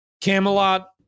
Camelot